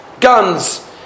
guns